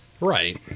Right